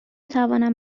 توانم